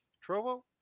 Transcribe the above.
Trovo